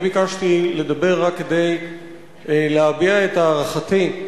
אני ביקשתי לדבר רק כדי להביע את הערכתי,